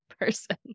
person